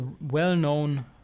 well-known